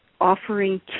offering